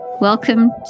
Welcome